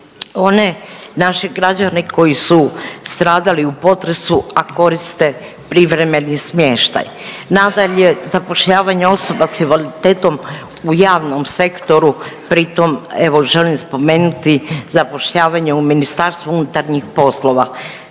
one naše građane koji su stradali u potresu, a koriste privremeni smještaj. Nadalje, zapošljavanje osoba s invaliditetom u javnom sektoru pri tom evo želim spomenuti zapošljavanje u MUP-u. Zatim ulaganje u